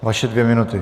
Vaše dvě minuty.